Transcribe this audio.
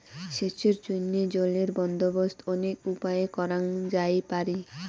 সেচের জইন্যে জলের বন্দোবস্ত অনেক উপায়ে করাং যাইপারে